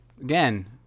again